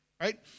right